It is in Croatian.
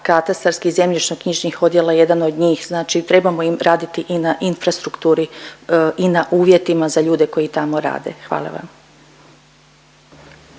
katastarskih i zemljišno knjižnih odjela jedan od njih. Znači trebamo im raditi i na infrastrukturi i na uvjetima za ljude koji tamo rade. Hvala vam.